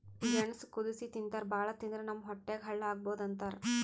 ಗೆಣಸ್ ಕುದಸಿ ತಿಂತಾರ್ ಭಾಳ್ ತಿಂದ್ರ್ ನಮ್ ಹೊಟ್ಯಾಗ್ ಹಳ್ಳಾ ಆಗಬಹುದ್ ಅಂತಾರ್